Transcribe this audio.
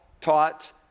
taught